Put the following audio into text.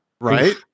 right